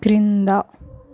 క్రింద